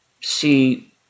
see